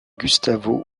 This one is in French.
gustavo